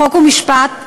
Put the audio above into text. חוק ומשפט,